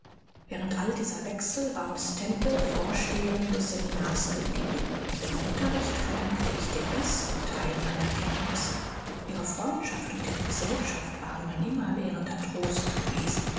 während all dieser wechsel war miß temple vorsteherin des seminars geblieben ihrem unterricht verdankte ich den besten teil meiner kenntnisse ihre freundschaft und ihre gesellschaft waren mein immerwährender trost gewesen